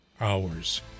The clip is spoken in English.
hours